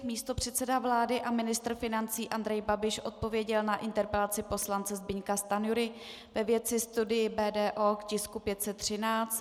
Místopředseda vlády a ministr financí Andrej Babiš odpověděl na interpelaci poslance Zbyňka Stanjury ve věci studie BDO k tisku 513.